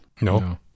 No